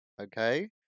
okay